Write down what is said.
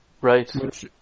Right